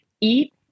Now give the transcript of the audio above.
eat